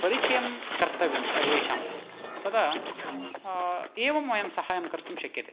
परिचयं कर्तव्यं सर्वेषां तदा एवम् वयं सहायं कर्तुं शक्यते